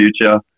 future